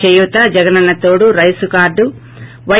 చేయూత Jagananna Thodu rice కార్లు why